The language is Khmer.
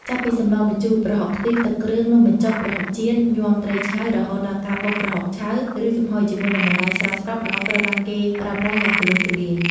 ចាប់ពីសម្លម្ជូរ ប្រហុកខ្ទិះ ទឹកគ្រឿង នំបញ្ចុក ប្រហុកចៀន ញាំត្រីឆៅ រហូតដល់ការបុកប្រហុកឆៅ ឬចំហុយ ជាមួយនឹងបន្លែស្រស់ៗ ប្រហុកត្រូវបានគេប្រើប្រាស់យ៉ាងទូលំទូលាយ។